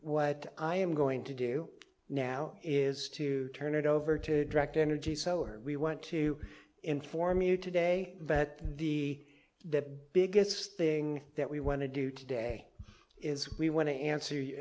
what i am going to do now is to turn it over to direct energy so are we want to inform you today but the the biggest thing that we want to do today is we want to answer you